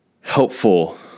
helpful